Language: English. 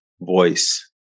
voice